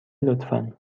لطفا